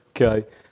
Okay